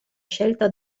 scelta